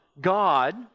God